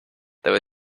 there